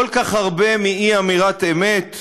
כל כך הרבה מאי-אמירת אמת,